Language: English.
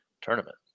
tournament